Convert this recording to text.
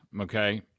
Okay